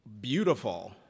beautiful